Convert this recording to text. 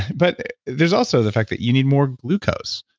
but there's also the fact that you need more glucose.